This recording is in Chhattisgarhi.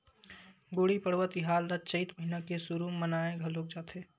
गुड़ी पड़वा तिहार ल चइत महिना के सुरू म मनाए घलोक जाथे